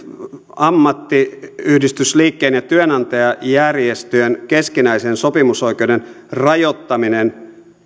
ammattiyhdistysliikkeen ja työnantajajärjestöjen keskinäisen sopimusoikeuden rajoittaminen